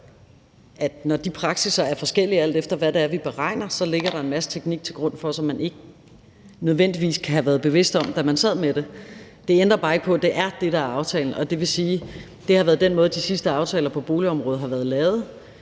når de praksisser er forskellige, alt efter hvad det er, vi beregner, så ligger der en masse teknik til grund for det, som man ikke nødvendigvis kan have været bevidst om, da man sad med det. Det ændrer bare ikke på, at det er det, der er aftalen, og det vil sige, at det har været den måde, de sidste aftaler på boligområdet har været lavet